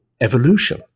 evolution